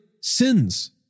sins